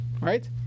right